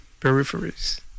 peripheries